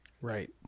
Right